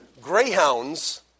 Greyhounds